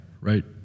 right